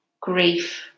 grief